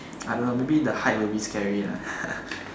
I don't know maybe the height will be scary ah